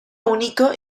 único